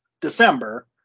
December